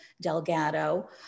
Delgado